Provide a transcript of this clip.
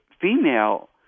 female